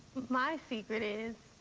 my secret is,